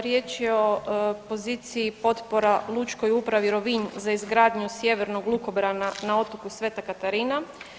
Riječ je o poziciji potpora Lučkoj upravi Rovinj za izgradnju sjevernog lukobrana na otoku Sv. Katarina.